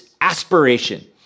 aspiration